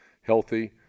healthy